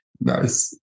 Nice